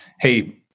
hey